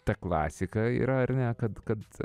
ta klasika yra ar ne kad kad